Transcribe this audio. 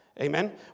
Amen